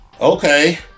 okay